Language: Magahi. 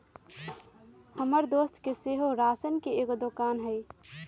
हमर दोस के सेहो राशन के एगो दोकान हइ